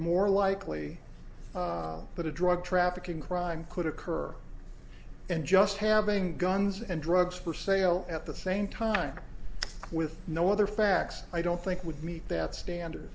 more likely that a drug trafficking crime could occur and just having guns and drugs for sale at the same time with no other facts i don't think would meet that standard